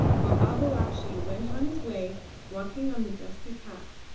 while babalatchi went on his way walking on the dusty path,